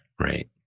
Right